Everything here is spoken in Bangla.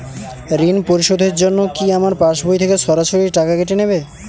ঋণ পরিশোধের জন্য কি আমার পাশবই থেকে সরাসরি টাকা কেটে নেবে?